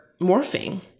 morphing